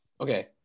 Okay